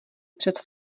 před